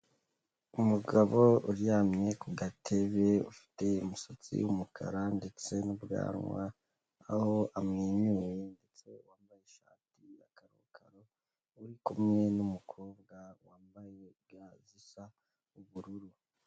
Umugabo uryamye ku gatebe, ufite umusatsi w'umukara, ndetse n'ubwanwa, aho amwenyuye, ndetse wambaye ishati ya karokaro, uri kumwe n'umukobwa wambaye ga zisa ubururu.